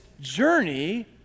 journey